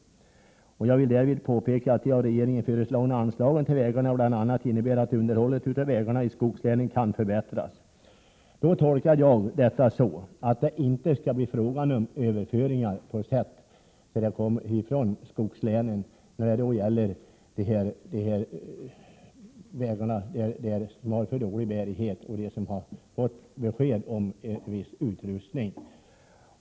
Jag vill därvid påpeka att de av regeringen föreslagna anslagen till vägarna bl.a. innebär att underhållet av vägarna i skogslänen kan förbättras.” Jag tolkar detta så att det inte skall bli fråga om överföringar från skogslänen och de vägar som där har för dålig bärighet och som enligt besked skall få en viss upprustning.